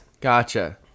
Gotcha